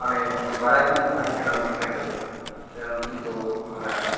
ᱢᱟᱱᱮ ᱵᱟᱨᱭᱟᱠᱤᱱ ᱛᱟᱦᱮᱸ ᱠᱟᱱᱟ ᱢᱚᱴᱚᱨ ᱥᱟᱭᱠᱮᱞ ᱨᱮ ᱩᱱᱠᱤᱱ ᱫᱚ ᱦᱟᱱᱟ